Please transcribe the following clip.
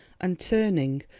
and turning,